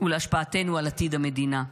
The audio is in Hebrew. ולהשפעתנו על עתיד המדינה.